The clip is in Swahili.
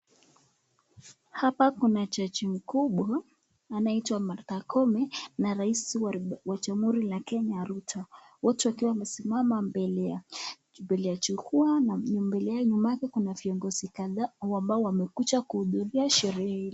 Hapa kuna jaji mkubwa anaitwa Martha Koome na rais wa Jamhuri la Kenya Ruto. Wote wakiwa wamesimama mbele ya mbele ya jukwaa na mbele ya hii umati kuna viongozi kadhaa ambao wamekuja kuhudhuria sherehe.